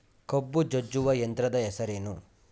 ಕಬ್ಬು ಜಜ್ಜುವ ಯಂತ್ರದ ಹೆಸರೇನು?